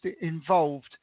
involved